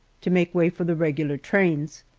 to make way for the regular trains.